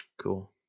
Cool